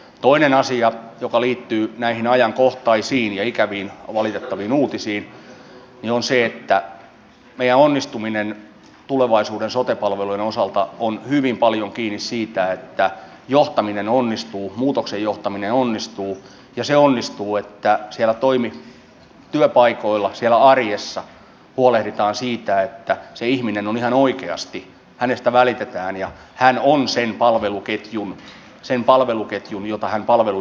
toinen asia joka liittyy näihin ajankohtaisiin ja ikäviin ja valitettaviin uutisiin on se että meidän onnistumisemme tulevaisuuden sote palvelujen osalta on hyvin paljon kiinni siitä että johtaminen onnistuu muutoksen johtaminen onnistuu ja se onnistuu että siellä työpaikoilla ja arjessa huolehditaan siitä että ihmisestä ihan oikeasti välitetään ja hän on sen palveluketjun keskiössä sen palveluketjun jota hän palveluna tarvitsee